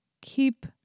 keep